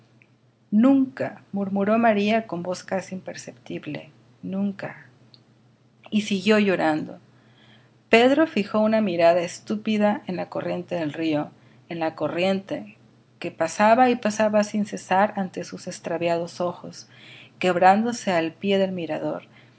nunca murmuró maría con voz casi imperceptible nunca y siguió llorando pedro fijó una mirada estúpida en la corriente del río en la corriente que pasaba y pasaba sin cesar ante sus extraviados ojos quebrándose al pie del mirador